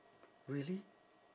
really